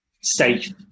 safe